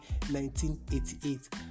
1988